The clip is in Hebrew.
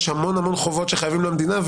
יש המון-המון חובות שחייבים למדינה,